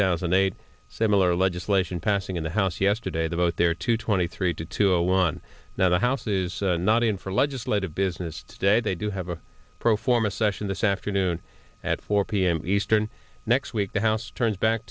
thousand and eight similar legislation passing in the house yesterday to vote there to twenty three to two one now the house is not in for legislative business today they do have a pro forma session this afternoon at four p m eastern next week the house turns back